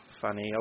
funny